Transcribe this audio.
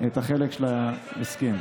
של ההסכם.